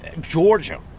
Georgia